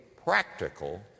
practical